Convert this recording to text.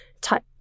type